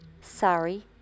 Sorry